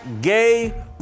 gay